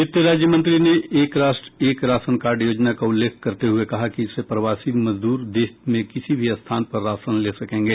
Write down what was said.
वित्त राज्य मंत्री ने एक राष्ट्र एक राशन कार्ड योजना का उल्लेख करते हुए कहा कि इससे प्रवासी मजदूर देश में किसी भी स्थान पर राशन ले सकेंगे